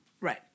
Right